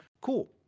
cool